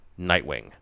Nightwing